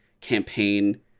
campaign